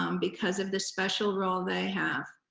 um because of the special role they have.